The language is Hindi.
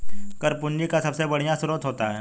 कर पूंजी का सबसे बढ़िया स्रोत होता है